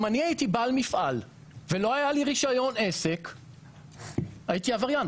אם אני הייתי בעל מפעל ולא היה לי רישיון עסק הייתי עבריין,